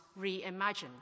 reimagine